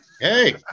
Hey